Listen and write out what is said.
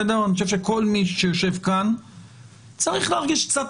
בסדר אני חושב שכל מי שיושב כאן צריך להרגיש קצת